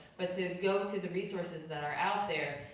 but to go to the resources that are out there,